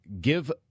give